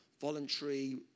voluntary